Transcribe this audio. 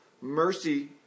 Mercy